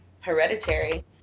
hereditary